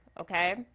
Okay